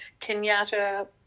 Kenyatta